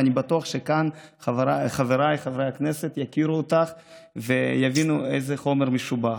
ואני בטוח שכאן חבריי חברי הכנסת יכירו אותך ויבינו איזה חומר משובח.